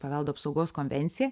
paveldo apsaugos konvenciją